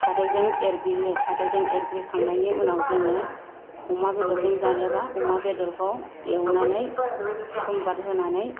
खादौजों एरग्लियो खादौ जों एरग्लिखांनायनि उनाव जोङो अमा बेदरजों जानोबा अमा बेदरखौ एवनानै सम्बाद होनानै